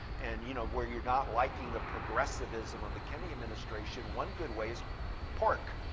and you know where you're not liking the progressivism of the kennedy administration? one good way is pork,